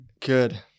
Good